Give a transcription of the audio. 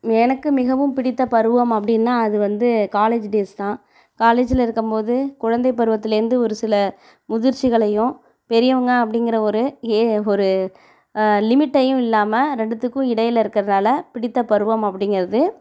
எனக்கு மிகவும் பிடித்த பருவம் அப்படினா அது வந்து காலேஜ் டேஸ் தான் காலேஜ்ஜில் இருக்கும் போது குழந்தை பருவத்தில் இருந்து ஒரு சில முதிர்ச்சிகளையும் பெரியவங்க அப்படிங்கிற ஒரு ஏ ஒரு லிமிட்டையும் இல்லாமல் ரெண்டுத்துக்கும் இடையில் இருக்கிறதால பிடித்த பருவம் அப்படிங்கிறது